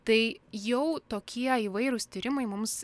tai jau tokie įvairūs tyrimai mums